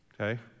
Okay